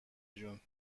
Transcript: جون